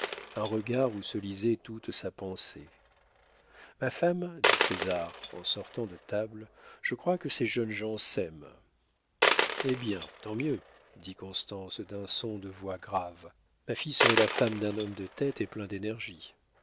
un regard où se lisait toute sa pensée ma femme dit césar en sortant de table je crois que ces jeunes gens s'aiment eh bien tant mieux dit constance d'un son de voix grave ma fille serait la femme d'un homme de tête et plein d'énergie